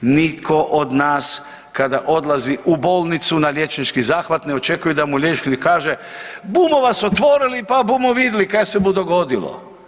Nitko od nas kada odlazi u bolnicu na liječnički zahvat ne očekuje da mu liječnik kaže, bumo vas otvorili pa bumo vidli kaj se bu dogodilo.